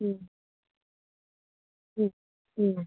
മ് മ് പിന്നെ